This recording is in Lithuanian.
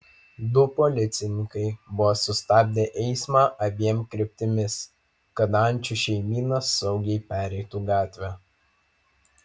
du policininkai buvo sustabdę eismą abiem kryptimis kad ančių šeimyna saugiai pereitų gatvę